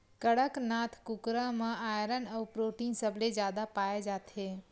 कड़कनाथ कुकरा म आयरन अउ प्रोटीन सबले जादा पाए जाथे